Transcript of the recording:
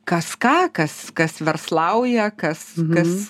kas ką kas kas verslauja kas tas